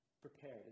prepared